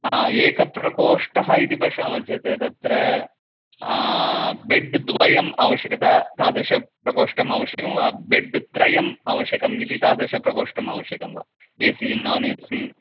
एकप्रकोष्ठः इति पश्यामः चेत् तत्र बेड्द्वयम् आवश्यकता तादृश प्रकोष्ठम् आवश्यकं वा बेड्त्रयम् आवश्यकम् इति तादृशप्रकोष्ठम् आवश्यकं वा A C non A C